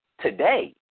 today